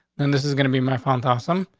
and this is gonna be my found awesome.